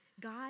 God